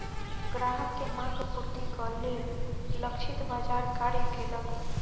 ग्राहक के मांग पूर्तिक लेल लक्षित बाजार कार्य केलक